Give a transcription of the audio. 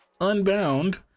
Unbound